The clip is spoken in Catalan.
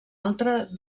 altra